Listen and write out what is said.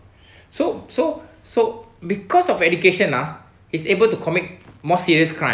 so so so because of education ah he's able to commit more serious crimes